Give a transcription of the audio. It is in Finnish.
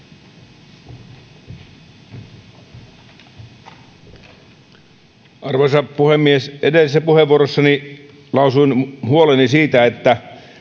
arvoisa puhemies edellisessä puheenvuorossani lausuin huoleni siitä että